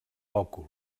òcul